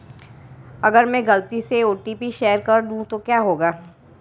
अगर मैं गलती से ओ.टी.पी शेयर कर दूं तो क्या होगा?